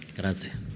grazie